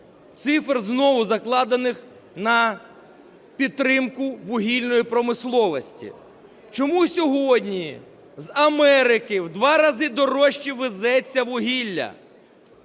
цифр, знову закладених на підтримку вугільної промисловості. Чому сьогодні з Америки в 2 рази дорожче везеться вугілля?